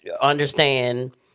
understand